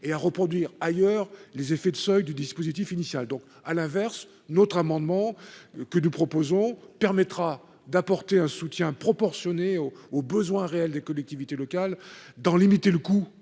et à reproduire ailleurs les effets de seuil du dispositif initial. À l'inverse, le mécanisme que nous proposons permettra d'apporter un soutien proportionné aux besoins réels des collectivités territoriales, d'en limiter le coût